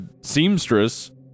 seamstress